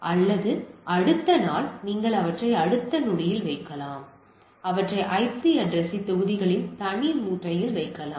அல்லது அடுத்த நாள் நீங்கள் அவற்றை அடுத்த நொடியில் வைக்கலாம் அவற்றை ஐபி அட்ரஸ்த் தொகுதிகளின் தனி மூட்டையில் வைக்கலாம்